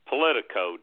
Politico